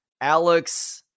Alex